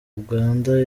uganda